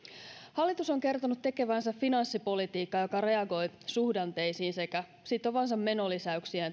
hallitus on kertonut tekevänsä finanssipolitiikkaa joka reagoi suhdanteisiin sekä sitovansa menolisäyksiään